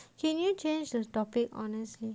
can you change the topic honestly